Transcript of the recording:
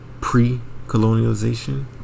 pre-colonialization